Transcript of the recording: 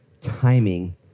timing